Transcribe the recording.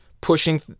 pushing